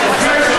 ובכן,